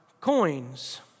coins